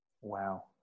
Wow